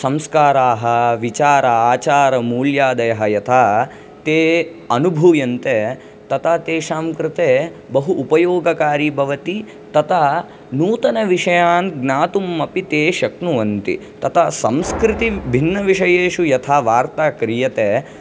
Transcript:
संस्काराः विचार आचारमूल्यादयः यथा ते अनुभूयन्ते तथा तेषां कृते बहु उपयोगकारी भवति तथा नूतनविषयान् ज्ञातुमपि ते शक्नुवन्ति तथा संस्कृति भिन्नविषयेषु यथा वार्ता क्रियते